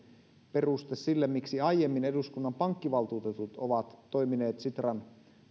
peruste sille miksi aiemmin eduskunnan pankkivaltuutetut ovat toimineet sitran